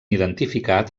identificat